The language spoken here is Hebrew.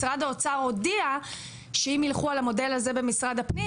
משרד האוצר הודיע שאם ילכו על המודל הזה במשרד הפנים,